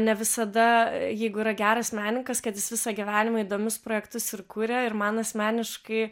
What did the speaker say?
ne visada jeigu yra geras menininkas kad jis visą gyvenimą įdomius projektus ir kūrė ir man asmeniškai